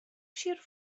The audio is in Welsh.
sir